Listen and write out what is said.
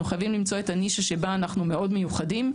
אנחנו חייבים למצוא את הנישה שבה אנחנו מאוד מיוחדים.